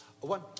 one